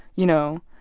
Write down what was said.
you know,